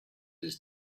his